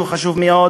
שהוא עניין חשוב מאוד,